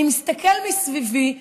אני מסתכל מסביבי,